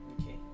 Okay